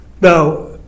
Now